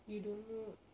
you don't know